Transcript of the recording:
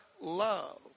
love